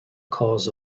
cause